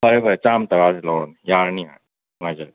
ꯐꯔꯦ ꯐꯔꯦ ꯆꯥꯝ ꯇꯔꯥꯁꯦ ꯂꯧꯔꯣꯅꯦ ꯌꯥꯔꯅꯤꯅ ꯅꯨꯡꯉꯥꯏꯖꯔꯦ